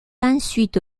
ensuite